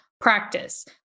practice